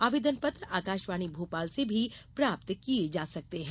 आवेदन पत्र आकाशवाणी भोपाल से भी प्राप्त किये जा सकते हैं